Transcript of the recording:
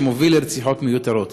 שמוביל לרציחות מיותרות,